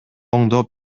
оңдоп